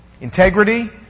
Integrity